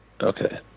okay